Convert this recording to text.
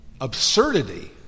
absurdity